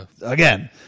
again